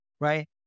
right